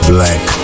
Black